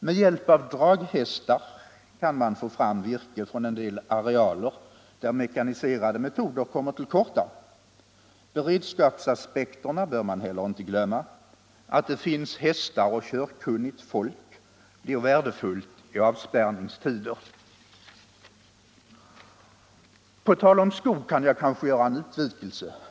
Med hjälp av draghästar kan man få fram virke från en del arealer där mekaniserade metoder kommer till korta. Beredskapsaspekterna bör man inte heller glömma. Att det finns hästar och körkunnigt folk är värdefullt i avspärrningstider. På tal om skog kan jag kanske göra en utvikelse.